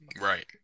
Right